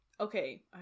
Okay